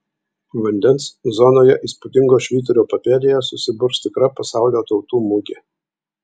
vandens zonoje įspūdingo švyturio papėdėje susiburs tikra pasaulio tautų mugė